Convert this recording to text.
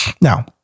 Now